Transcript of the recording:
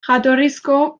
jatorrizko